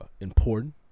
important